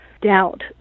doubt